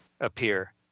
appear